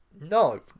no